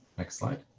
next slide.